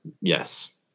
yes